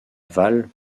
vale